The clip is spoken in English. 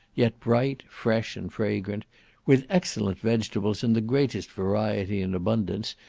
yet bright, fresh, and fragrant with excellent vegetables in the greatest variety and abundance,